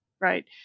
Right